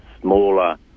smaller